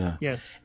Yes